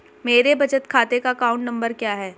मेरे बचत खाते का अकाउंट नंबर क्या है?